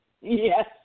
Yes